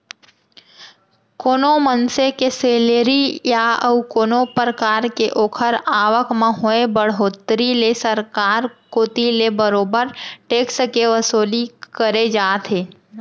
कोनो मनसे के सेलरी या अउ कोनो परकार के ओखर आवक म होय बड़होत्तरी ले सरकार कोती ले बरोबर टेक्स के वसूली करे जाथे